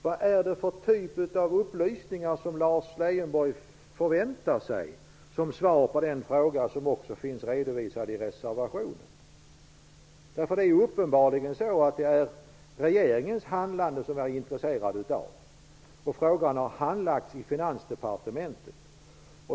Vad är det för typ av upplysningar som Lars Leijonborg förväntar sig som svar på den fråga som också finns redovisad i reservationen? Det är uppenbarligen så att det är regeringens handlande som vi är intresserade av. Frågan har handlagts i Finansdepartementet.